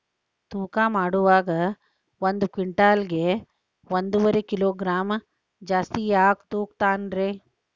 ತೂಕಮಾಡುವಾಗ ಒಂದು ಕ್ವಿಂಟಾಲ್ ಗೆ ಒಂದುವರಿ ಕಿಲೋಗ್ರಾಂ ಜಾಸ್ತಿ ಯಾಕ ತೂಗ್ತಾನ ರೇ?